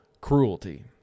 cruelty